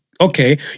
okay